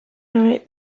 night